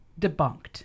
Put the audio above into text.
debunked